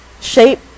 shape